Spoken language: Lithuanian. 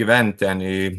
gyvent ten į